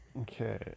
Okay